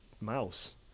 mouse